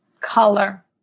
color